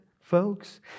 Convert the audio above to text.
folks